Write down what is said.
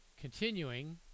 Continuing